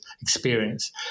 experience